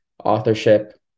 authorship